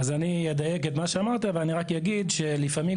אני אדייק את מה שאמרת ואגיד שלפעמים,